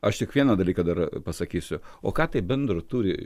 aš tik vieną dalyką dar pasakysiu o ką tai bendro turi